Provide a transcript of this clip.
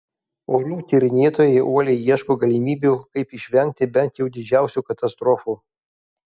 orų tyrinėtojai uoliai ieško galimybių kaip išvengti bent jau didžiausių katastrofų